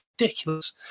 ridiculous